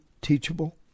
teachable